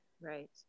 Right